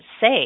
say